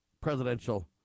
presidential